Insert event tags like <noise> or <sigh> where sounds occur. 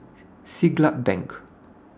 <noise> Siglap Bank